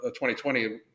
2020